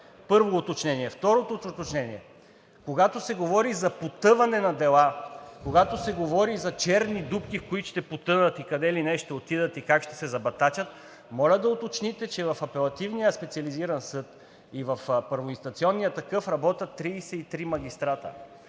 Първо уточнение. Второто уточнение, когато се говори за потъване на дела, когато се говори за черни дупки, в които ще потънат и къде ли не ще отидат и как ще се забатачат, моля да уточните, че в Апелативния специализиран съд и в първоинстанционния такъв работят 33 магистрати